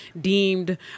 deemed